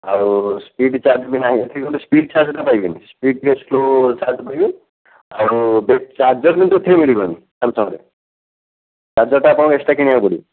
ଆଉ speed charge ବି ନାହିଁ ଏଠିକି ଗଲେ ସ୍ପିଡ଼ ଚାର୍ଜ ପାଇବେନି ସ୍ପିଡ଼ ଟିକିଏ ସ୍ଲୋ ଚାର୍ଜ ପାଇବେ ଆଉ ଚାର୍ଜର କିନ୍ତୁ ଫ୍ରି ମିଳିବନି ସାମ୍ସଙ୍ଗରେ ଚାର୍ଜରଟା ଆପଣଙ୍କୁ ଏକ୍ସଟ୍ରା କିଣିବାକୁ ପଡ଼ିବ